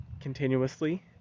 continuously